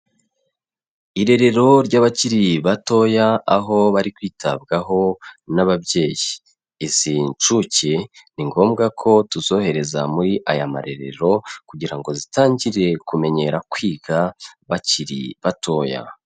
Irerero ry'abakiri batoya, aho bari kwitabwaho n'ababyeyi, izi nshuke, ni ngombwa ko tuzohereza muri aya marerero, kugira ngo zitangire kumenyera kwiga, bakiri batoya.